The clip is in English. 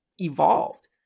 evolved